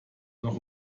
noch